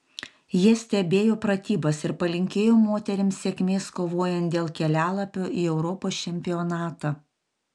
jie stebėjo pratybas ir palinkėjo moterims sėkmės kovojant dėl kelialapio į europos čempionatą